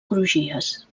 crugies